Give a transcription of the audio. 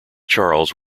charles